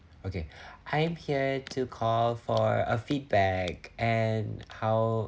okay I am here to call for a feedback and how